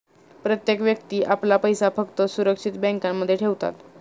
प्रत्येक व्यक्ती आपला पैसा फक्त सुरक्षित बँकांमध्ये ठेवतात